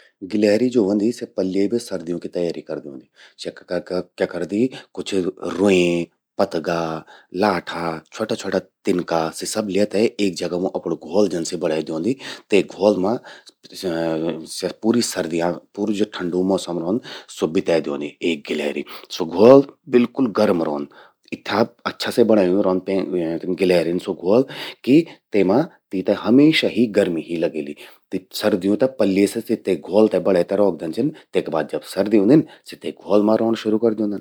गिलहरी ज्वो व्हदि, स्या पल्ये बे सर्दियों की तैयारी करि द्योंदि। स्या क्या करदि कुछ रोंये, पतगा, लाठा, छ्वटा छ्वटा तिनका सब ल्ये ते एक जगा मूं अपणूं जन घ्वोल जन सि बणें द्योंदि। ते घ्वोल मां स्या पूरी सर्दियां पूरू ज्वो ठंडू मौसम रौंद स्वो बिते द्योंदि एक गिलहरी। स्वो घ्वोल बिल्कुल गरम रौंद। इथ्या अच्छा से बणयूं रौंद गिलहरिन स्वो घ्वोल कि तेमां तीं ते हमेशा गर्मि ही लगेलि। सर्दियूं ते पल्ये बे सि ते घ्वोल ते बणे ते रौखदन छिन। तेका बाद जब सर्दी ऊंदिन, सि ते घ्वोल मां रौंण शुरू कर द्योंदिन।